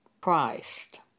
Christ